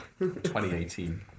2018